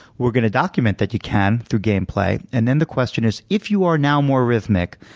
we're going to document that you can through game play. and then the question is if you are now more rhythmic,